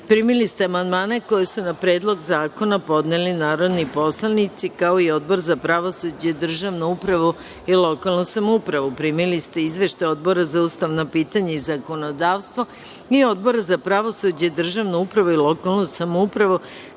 ste amandmane koje su na Predlog zakona podneli narodni poslanici, kao i Odbor za pravosuđe, državnu upravu i lokalnu samoupravu. Primili ste izveštaje Odbora za ustavna pitanja i zakonodavstvo i Odbora za pravosuđe, državnu upravu i lokalnu samoupravu,